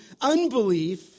unbelief